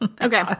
okay